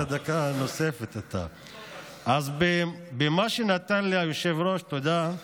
אז במה שנתן לי היושב-ראש, תודה,